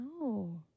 no